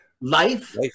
Life